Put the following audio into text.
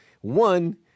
one